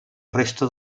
resta